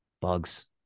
Bugs